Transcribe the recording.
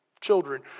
children